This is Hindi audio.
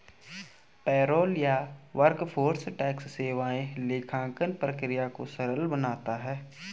पेरोल या वर्कफोर्स टैक्स सेवाएं लेखांकन प्रक्रिया को सरल बनाता है